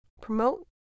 promote